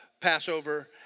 Passover